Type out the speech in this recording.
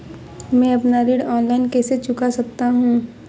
मैं अपना ऋण ऑनलाइन कैसे चुका सकता हूँ?